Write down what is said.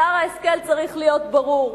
מוסר ההשכל צריך להיות ברור: